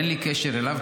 ואין לי קשר אליו.